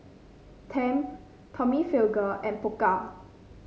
Tempt Tommy Hilfiger and Pokka